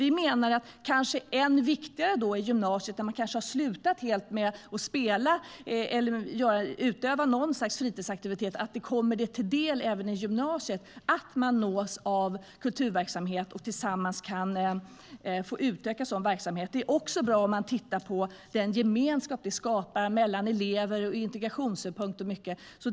Vi menar dock att gymnasiet är än viktigare, eftersom man då kanske har slutat helt med att spela eller utöva någon form av fritidsaktivitet. Då är det viktigt att Skapande skola även kommer gymnasiet till del, så att man nås av kulturverksamhet och tillsammans kan få utöva sådan verksamhet. Det är också bra med den gemenskap det skapar mellan elever, liksom det är bra ur integrationssynpunkt.